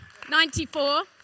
94